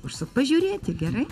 užsuk pažiūrėti gerai